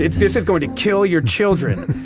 this is going to kill your children!